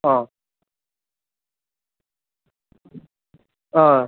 ആ ആ